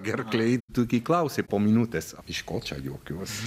gerklėje tu gi klausi po minutės iš ko čia juokiuosi